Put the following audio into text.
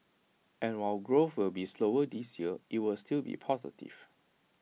and while growth will be slower this year IT will still be positive